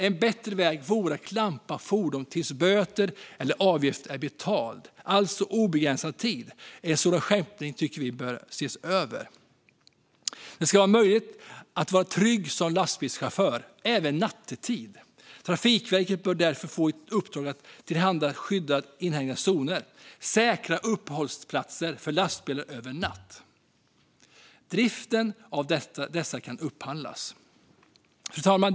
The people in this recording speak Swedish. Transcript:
En bättre väg vore att klampa fordon tills böter eller avgifter är betalda, alltså på obegränsad tid. En sådan skärpning bör ses över, tycker vi. Det ska vara möjligt att vara trygg som lastbilschaufför - även nattetid. Trafikverket bör därför få i uppdrag att tillhandahålla skyddade inhägnade zoner och säkra uppställningsplatser för lastbilar över natten. Driften av dessa kan upphandlas. Fru talman!